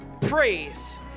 praise